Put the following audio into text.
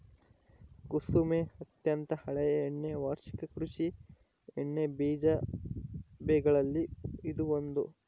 ಕುಸುಮೆ ಅತ್ಯಂತ ಹಳೆಯ ಎಣ್ಣೆ ವಾರ್ಷಿಕ ಕೃಷಿ ಎಣ್ಣೆಬೀಜ ಬೆಗಳಲ್ಲಿ ಇದು ಒಂದು